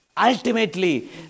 Ultimately